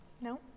No